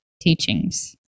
teachings